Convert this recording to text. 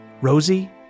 Rosie